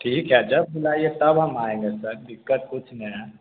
ठीक है जब बुलाइए तब हम आएँगे सर दिक्कत कुछ नहीं है